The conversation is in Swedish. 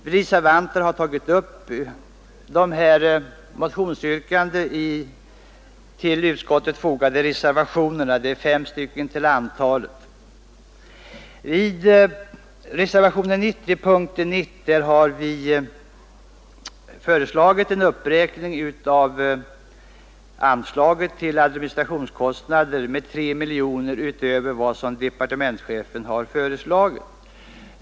Vi reservanter har tagit upp motionsyrkandena i till betänkandet fogade reservationer, fem stycken till antalet. I reservationen 1 vid punkten 1 föreslås en uppräkning av anslaget till administrationskostnader med 3 miljoner kronor utöver vad departementschefen har föreslagit.